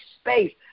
space